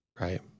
Right